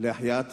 להחייאת